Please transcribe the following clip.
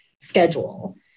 schedule